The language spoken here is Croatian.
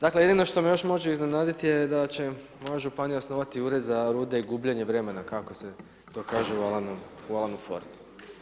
Dakle, jedino što me još može iznenaditi da će moja županija osnovati ured za … [[Govornik se ne razumije]] gubljenje vremena, kako se to kaže u Alanu Fordu.